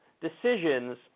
decisions